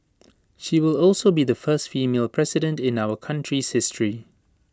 she will also be the first female president in our country's history